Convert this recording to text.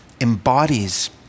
embodies